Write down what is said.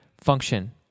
function